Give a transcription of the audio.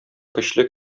көчле